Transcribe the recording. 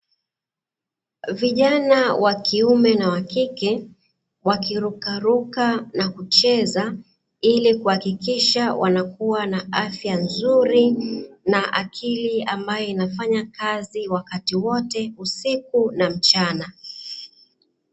Vijana wa kiume na wa kike wakirukaruka na kucheza ili kuhakikisha wanakua na afya nzuri, na akili ambayo inafanya kazi wakati wote usiku na mchana.